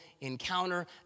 encounter